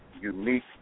unique